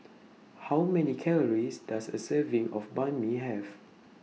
How Many Calories Does A Serving of Banh MI Have